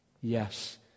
Yes